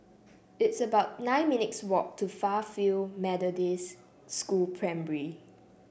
it's about nine minutes' walk to Fairfield Methodist School Primary